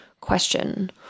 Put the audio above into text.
Question